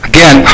Again